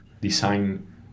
design